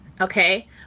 Okay